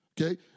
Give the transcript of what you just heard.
Okay